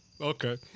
Okay